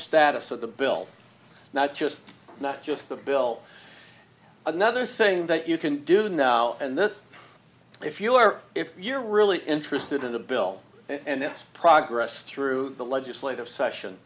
status of the bill not just not just the bill another saying that you can do now and then if you are if you're really interested in the bill and its progress through the legislative session